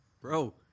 bro